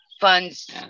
funds